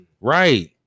right